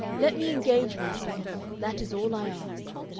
let me engage myself. that is all i ask.